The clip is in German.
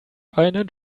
einen